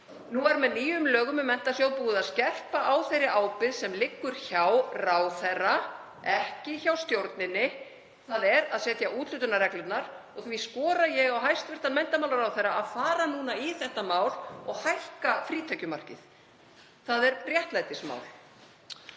Nú er með nýjum lögum um Menntasjóð búið að skerpa á þeirri ábyrgð sem liggur hjá ráðherra, ekki hjá stjórninni, þ.e. að setja úthlutunarreglurnar, og því skora ég á hæstv. menntamálaráðherra að fara núna í þetta mál og hækka frítekjumarkið. Það er réttlætismál.